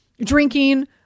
drinking